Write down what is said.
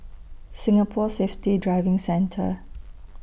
Singapore Safety Driving Centre